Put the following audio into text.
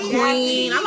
Queen